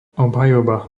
obhajoba